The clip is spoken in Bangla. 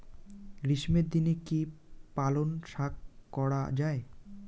গ্রীষ্মের দিনে কি পালন শাখ করা য়ায়?